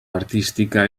artística